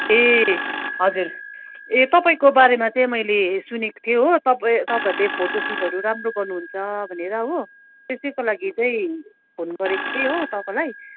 ए हजुर ए तपाईँको बारेमा चाहिँ मैले सुनेको थिएँ हो तपाईँ तपाईँहरूले फोटोसुटहरू राम्रो गर्नु हुन्छ भनेर हो त्यसैको लागि चाहिँ फोन गरेको थिएँ हो तपाईँलाई